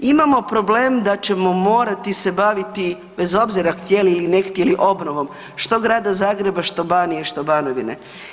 Imamo problem da ćemo morati se baviti, bez obzira, htjeli ili ne htjeli, obnovom, što grada Zagreba, što Banije, što Banovine.